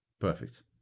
Perfect